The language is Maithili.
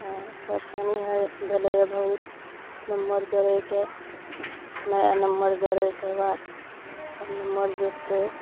हँ परेशानी होइया भेलैया बहुत नम्बर जोड़ैके नया नम्बर जोड़ैके बाद आब नम्बर जुड़तै